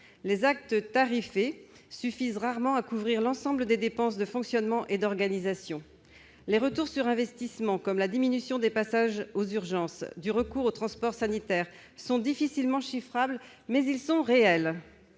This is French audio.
Les actes tarifés suffisent rarement à couvrir l'ensemble des dépenses de fonctionnement et d'organisation. Les retours sur investissement, comme la diminution des passages aux urgences, du recours aux transports sanitaires, sont difficilement chiffrables, mais ils sont réels.